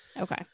Okay